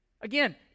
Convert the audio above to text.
Again